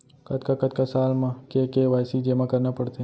कतका कतका साल म के के.वाई.सी जेमा करना पड़थे?